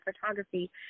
photography